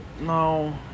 No